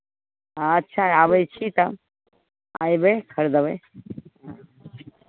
अच्छा आबै छी तऽ अयबै खरीदबै